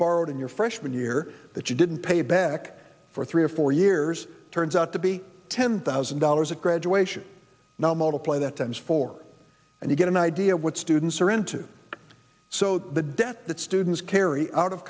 borrowed in your freshman year that you didn't pay back for three or four years turns out to be ten thousand dollars at graduation now multiply that times four and you get an idea of what students are into so the debt that students carry out of